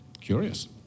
curious